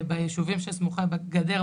ביישובים שסמוכי גדר,